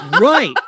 Right